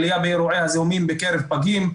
עליה באירועי הזיהומים בקרב פגים,